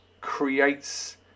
creates